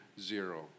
zero